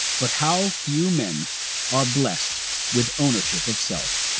but how few men are blessed with ownership of self.